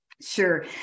Sure